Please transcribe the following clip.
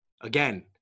Again